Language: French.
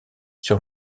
sur